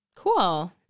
Cool